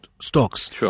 stocks